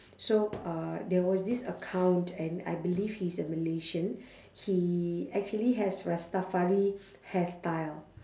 so uh there was this account and I believe he's a malaysian he actually has rastafari hairstyle